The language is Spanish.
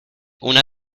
una